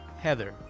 Heather